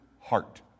heart